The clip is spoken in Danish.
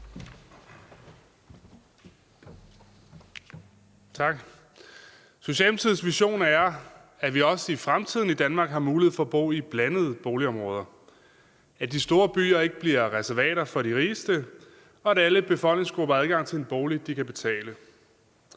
Socialdemokratiets vision er, at vi også i fremtiden i Danmark har mulighed for at bo i blandede boligområder, at de store byer ikke bliver reservater for de rigeste, og at alle befolkningsgrupper har adgang til en bolig, de kan betale.